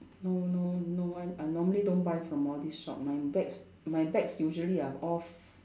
no no no I'm I normally don't buy from all this shop my bags my bags usually are off